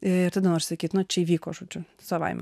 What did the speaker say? ir nori sakyt čia įvyko žodžiu savaime